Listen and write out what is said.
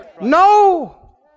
No